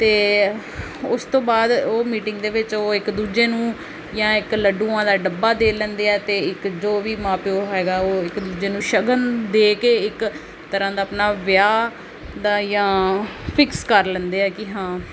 ਅਤੇ ਉਸ ਤੋਂ ਬਾਅਦ ਉਹ ਮੀਟਿੰਗ ਦੇ ਵਿੱਚ ਉਹ ਇੱਕ ਦੂਜੇ ਨੂੰ ਜਾਂ ਇੱਕ ਲੱਡੂਆਂ ਦਾ ਡੱਬਾ ਦੇ ਲੈਂਦੇ ਆ ਅਤੇ ਇੱਕ ਜੋ ਵੀ ਮਾਂ ਪਿਓ ਹੈਗਾ ਉਹ ਇੱਕ ਦੂਜੇ ਨੂੰ ਸ਼ਗਨ ਦੇ ਕੇ ਇੱਕ ਤਰ੍ਹਾਂ ਦਾ ਆਪਣਾ ਵਿਆਹ ਦਾ ਜਾਂ ਫਿਕਸ ਕਰ ਲੈਂਦੇ ਆ ਕਿ ਹਾਂ